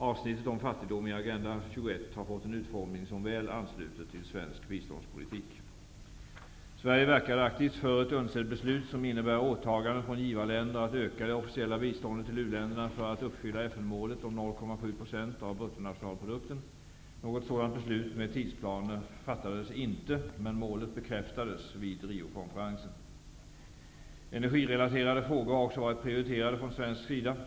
Avsnittet om fattigdom i Agenda 21 har fått en utformning som väl ansluter till svensk biståndspolitik. Sverige verkade aktivt för ett UNCED-beslut som innebär åtaganden från givarländer att öka det officiella biståndet till u-länderna för att uppfylla Något sådant beslut med tidsplaner fattades inte, men målet bekräftades vid Riokonferensen. Energirelaterade frågor har också varit prioriterade från svensk sida.